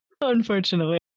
unfortunately